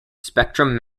spectrum